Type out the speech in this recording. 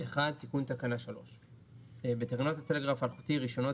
תיקון תקנה 3!. בתקנות הטלגרף האלחוטי (רישיונות,